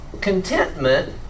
Contentment